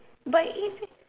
but if eh